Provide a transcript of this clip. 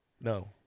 no